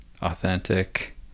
authentic